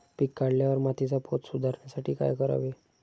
पीक काढल्यावर मातीचा पोत सुधारण्यासाठी काय करावे?